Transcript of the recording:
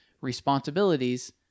responsibilities